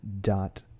dot